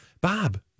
Bob